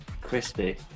Crispy